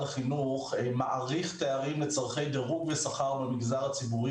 החינוך מעריך תארים לצורכי דירוג ושכר במגזר הציבורי